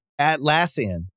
Atlassian